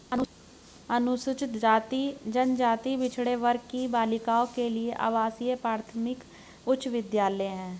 अनुसूचित जाति जनजाति पिछड़े वर्ग की बालिकाओं के लिए आवासीय प्राथमिक उच्च विद्यालय है